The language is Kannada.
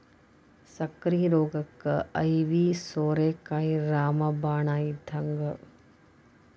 ಸಕ್ಕ್ರಿ ರೋಗಕ್ಕ ಐವಿ ಸೋರೆಕಾಯಿ ರಾಮ ಬಾಣ ಇದ್ದಂಗ